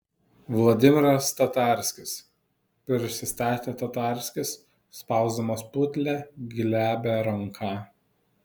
vladimiras tatarskis prisistatė tatarskis spausdamas putlią glebią ranką